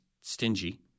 stingy